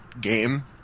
game